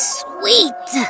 sweet